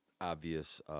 obvious